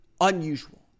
unusual